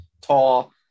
Tall